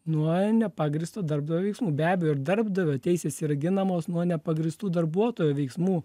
nuo nepagrįsto darbdavio veiksmų be abejo ir darbdavio teisės yra ginamos nuo nepagrįstų darbuotojo veiksmų